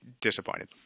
Disappointed